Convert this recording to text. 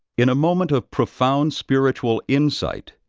in a moment of profound spiritual insight,